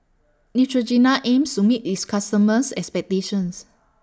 Neutrogena aims to meet its customers' expectations